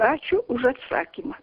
ačiū už atsisakymą